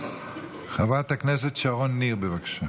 חברת הכנסת שרון ניר, בבקשה.